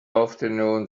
afternoon